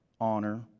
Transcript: honor